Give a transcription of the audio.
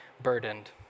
burdened